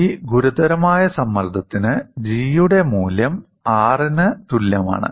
ഈ ഗുരുതരമായ സമ്മർദ്ദത്തിന് G യുടെ മൂല്യം R ന് തുല്യമാണ്